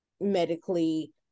medically